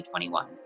2021